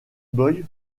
boy